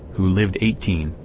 who lived eighteen,